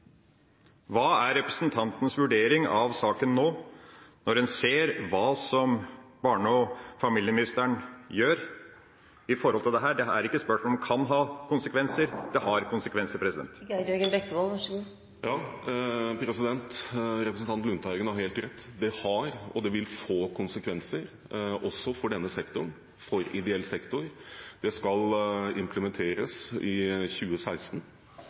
Hva er representantens vurdering av saken nå, når en ser hva barne- og familieministeren gjør med dette? Det er ikke spørsmål om «kan» ha konsekvenser – det har konsekvenser. Representanten Lundteigen har helt rett. Det har – og det vil få – konsekvenser også for denne sektoren – for ideell sektor. Det skal implementeres i 2016.